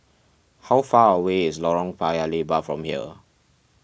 how far away is Lorong Paya Lebar from here